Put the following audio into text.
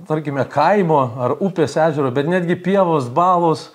tarkime kaimo ar upės ežero bet netgi pievos balos